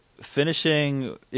finishing